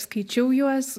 skaičiau juos